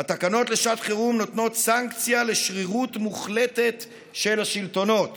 התקנות לשעת חירום "נותנות סנקציה לשרירות מוחלטת של השלטונות